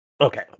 Okay